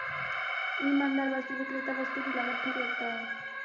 ईमानदार वस्तु विक्रेता वस्तु की लागत ठीक रखता है